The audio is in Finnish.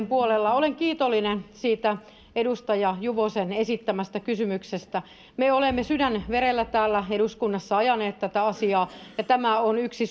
puolella niin olen kiitollinen edustaja juvosen esittämästä kysymyksestä me olemme sydänverellä täällä eduskunnassa ajaneet tätä asiaa ja tämä on ollut yksi